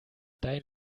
dein